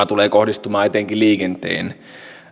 tulee kohdistumaan etenkin liikenteen